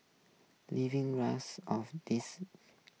living of these